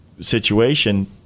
situation